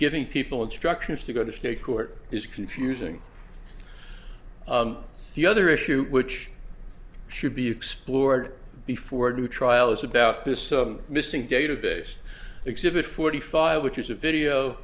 giving people instructions to go to state court is confusing the other issue which should be explored before a new trial is about this missing database exhibit forty five which is a video